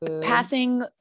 passing